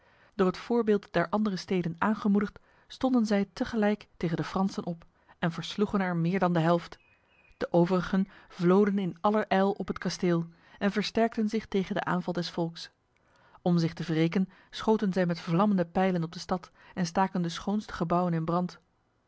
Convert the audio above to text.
door het voorbeeld der andere steden aangemoedigd stonden zij tegelijk tegen de fransen op en versloegen er meer dan de helft de overigen vloden in aller ijl op het kasteel en versterkten zich tegen de aanval des volks om zich te wreken schoten zij met vlammende pijlen op de stad en staken de schoonste gebouwen in brand